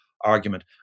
argument